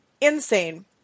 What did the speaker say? insane